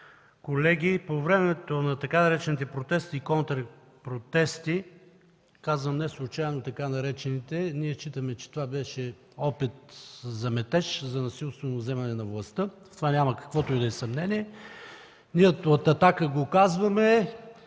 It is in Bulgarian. колеги! По времето на така наречените „протести и контрапротести“, неслучайно казвам така наречените, ние считаме, че това беше опит за метеж, за насилствено вземане на властта – в това няма каквото и да е съмнение, от „Атака“ го казваме,